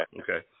Okay